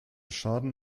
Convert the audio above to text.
schaden